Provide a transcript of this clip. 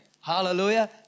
Hallelujah